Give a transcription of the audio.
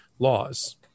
laws